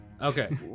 okay